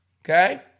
okay